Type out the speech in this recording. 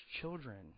children